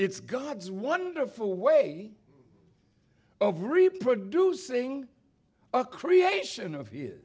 it's god's wonderful way of reproducing a creation of y